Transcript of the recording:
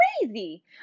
crazy